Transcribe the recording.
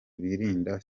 birinda